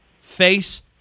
face